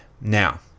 now